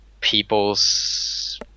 People's